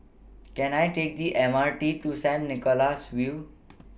Can I Take The M R T to Saint Nicholas View